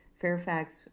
Fairfax